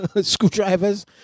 screwdrivers